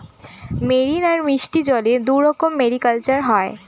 marine আর মিষ্টি জলে দুইরকম মেরিকালচার হয়